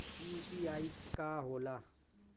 UPI का होला?